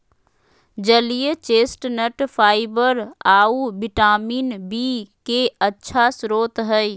जलीय chestnut fibre आऊ vitamin B के अच्छा स्रोत हइ